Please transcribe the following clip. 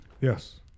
Yes